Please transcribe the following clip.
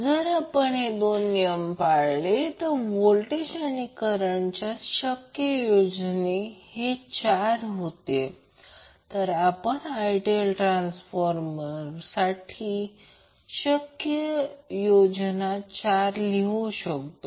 तर रेझोनन्समधील करंट म्हणजे फ्रिक्वेन्सी ω0 असेल म्हणून I 1 1√ 2 लिहू शकतो